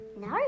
No